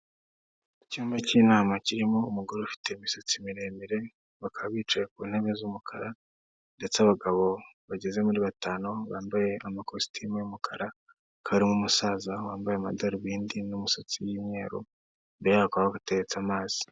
Icyumba cy'inama kirimo umugore ufite imisatsi miremire bakaba bicaye ku ntebe z'umukara ndetse abagabo bageze muri batanu bambaye amakositimu y'umukara hakaba harimo umusaza wambaye amadarubindi n'umusatsi w'imyeru imbere yabo hakaba hateretse amazi.